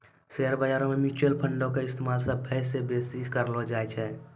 share बजारो मे mutual फंडो के इस्तेमाल सभ्भे से बेसी करलो जाय छै